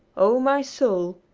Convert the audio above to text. oh, my soul!